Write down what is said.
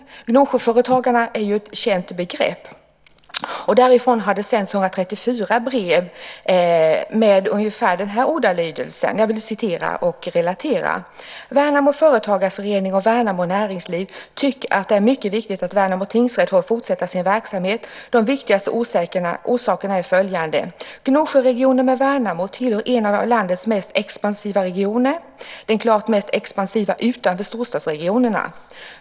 Gnosjöföretagarna är ju ett känt begrepp. Därifrån har det sänts 134 brev med ungefär den här ordalydelsen: "Värnamo Företagareförening och Värnamo Näringsliv tycker att det är mycket viktigt att Värnamo Tingsrätt får fortsätta sin verksamhet. De viktigaste orsakerna är följande: Gjosjöregionen som Värnamo tillhör är en av landets mest expansiva regioner. Den klart mest expansiva utanför storstadsregionerna.